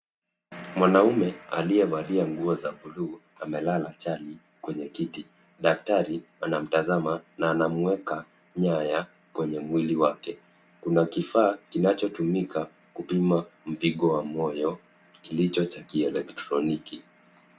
Mwanaume aliyevalia nguo za buluu amelala chali kwenye kiti. Daktari anamtazama na anamueka nyaya kwenye mwili wake. Kuna kifaa kinachotumika kupima kipigo cha moyo kilicho cha kielektroniki.